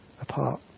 apart